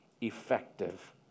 effective